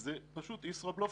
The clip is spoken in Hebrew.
אז זה פשוט ישראבלוף.